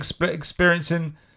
experiencing